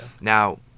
Now